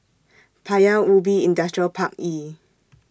Paya Ubi Industrial Park E